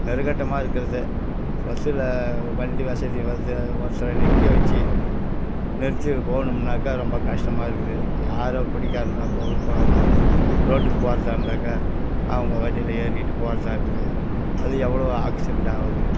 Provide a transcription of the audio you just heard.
நெருக்கட்டமாக இருக்கிறது பஸ்ஸில் வண்டி வசதி வந்து ஒருத்தவரை நிற்க வச்சி நிறுத்தி போணும்முன்னாக்கா ரொம்ப கஷ்டமாக இருக்குது யாரோ குடிகாரனோ காரனோ ரோட்டுக்கு போறதாக இருந்தாக்கா அவங்க வண்டியில் ஏறிக்கிட்டு போறதாக இருக்குது அது எவ்வளோ ஆக்சிரென்ட் ஆகுது